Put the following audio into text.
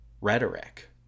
rhetoric